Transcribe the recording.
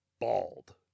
bald